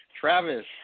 Travis